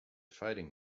fighting